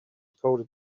coded